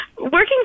working